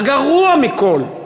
והגרוע מכול,